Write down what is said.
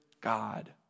God